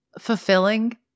fulfilling